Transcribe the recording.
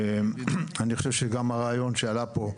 אני חושב שגם הרעיון שעלה פה,